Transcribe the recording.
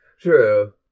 true